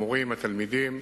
המורים והתלמידים,